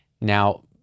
Now